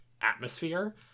atmosphere